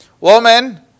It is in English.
Woman